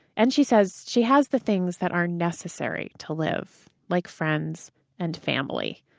and she says she has the things that are necessary to live like friends and family.